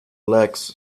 lacks